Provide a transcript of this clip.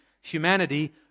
humanity